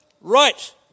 Right